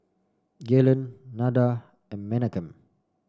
Gaylen Nada and Menachem